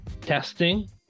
testing